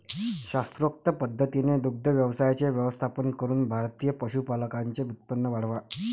शास्त्रोक्त पद्धतीने दुग्ध व्यवसायाचे व्यवस्थापन करून भारतीय पशुपालकांचे उत्पन्न वाढवा